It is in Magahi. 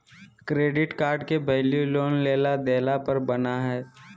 क्रेडिट कार्ड के वैल्यू लोन लेला देला पर बना हइ